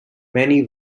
many